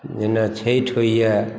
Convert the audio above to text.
जेना छठि होइए